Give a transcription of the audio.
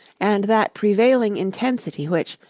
and that prevailing intensity which,